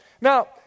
Now